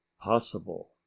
possible